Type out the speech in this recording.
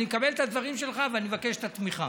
אני מקבל את דבריך, ואני מבקש את התמיכה.